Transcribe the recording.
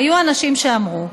היו אנשים שאמרו.